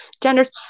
genders